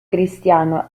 cristiano